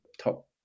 top